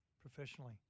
professionally